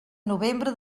novembre